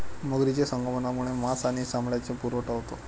मगरीचे संगोपनामुळे मांस आणि चामड्याचा पुरवठा होतो